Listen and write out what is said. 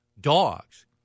dogs